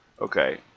okay